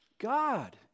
God